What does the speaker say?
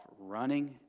running